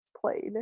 played